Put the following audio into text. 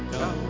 go